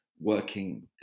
working